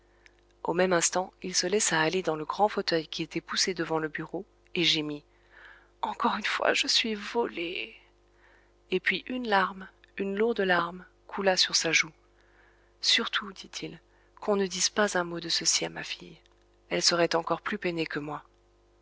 au même instant il se laissa aller dans le grand fauteuil qui était poussé devant le bureau et gémit encore une fois je suis volé et puis une larme coula sur sa joue surtout dit-il qu'on ne dise pas un mot de ceci à ma fille elle serait encore plus peinée que moi